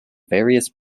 various